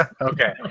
Okay